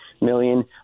million